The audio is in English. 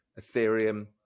Ethereum